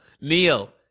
Neil